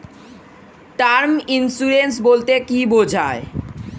Term insurance বলতে কী বোঝায়?